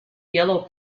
yellow